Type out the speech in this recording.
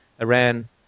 Iran